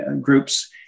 groups